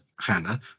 Hannah